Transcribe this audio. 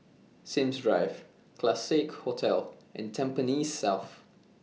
Sims Drive Classique Hotel and Tampines South